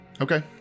Okay